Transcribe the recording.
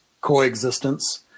coexistence